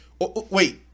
Wait